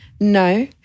No